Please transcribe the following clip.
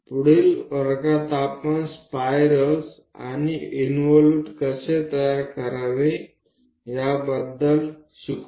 पुढील वर्गात आपण स्पायरल्स आणि इंवोलूट कसे तयार करावे याबद्दल शिकू